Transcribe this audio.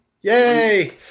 Yay